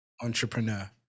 entrepreneur